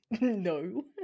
No